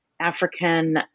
African